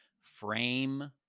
frame